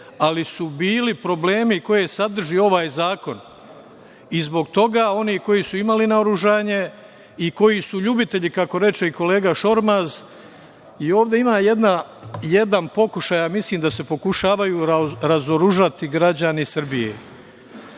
ali su bili problemi koje sadrži ovaj zakon. Zbog toga, oni koji su imali naoružanje i koji su ljubitelji, kako reče i kolega Šormaz, ovde ima jedan pokušaj, a mislim da se pokušavaju razoružati građani Srbije. Potpuno